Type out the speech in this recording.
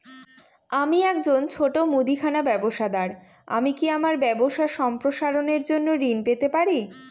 আমি একজন ছোট মুদিখানা ব্যবসাদার আমি কি আমার ব্যবসা সম্প্রসারণের জন্য ঋণ পেতে পারি?